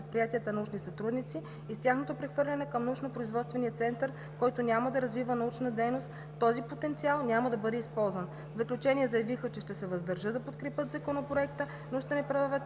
предприятията научни сътрудници и с тяхното прехвърляне към Научно-производствения център, който няма да развива научна дейност, този потенциал няма да бъде използван. В заключение заявиха, че ще се въздържат да подкрепят Законопроекта, но ще направят